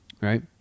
right